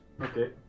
Okay